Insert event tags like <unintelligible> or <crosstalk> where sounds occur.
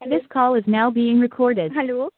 <unintelligible> hello